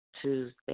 Tuesday